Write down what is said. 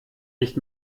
nicht